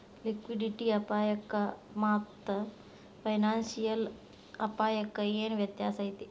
Liquidity ಅಪಾಯಕ್ಕಾಮಾತ್ತ financial ಅಪ್ಪಾಯಕ್ಕ ಏನ್ ವ್ಯತ್ಯಾಸೈತಿ?